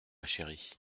chérie